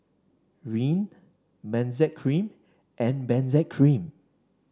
Rene Benzac Cream and Benzac Cream